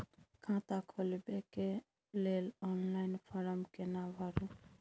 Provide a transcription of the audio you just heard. खाता खोलबेके लेल ऑनलाइन फारम केना भरु?